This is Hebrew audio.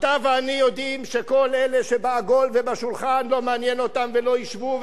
אתה ואני יודעים שכל אלה שבעגול ובשולחן לא מעניין אותם ולא אישרו,